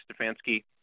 Stefanski